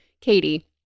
Katie